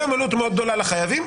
גם עלות מאוד גדולה לחייבים,